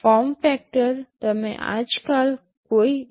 form factor તમે આજકાલ કોઈ એ